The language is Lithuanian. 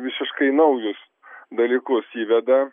visiškai naujus dalykus įveda